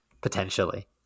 potentially